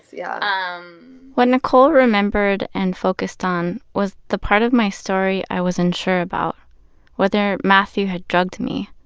yeah um what nicole remembered, and focused on, was the part of my story i was unsure about whether mathew had drugged me.